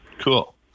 Cool